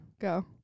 Go